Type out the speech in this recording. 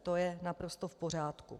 To je naprosto v pořádku.